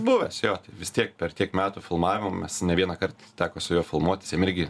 buvęs jo tai vis tiek per tiek metų filmavimo mes ne vienąkart teko su juo filmuotis jam irgi